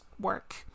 work